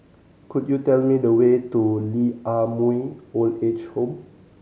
could you tell me the way to Lee Ah Mooi Old Age Home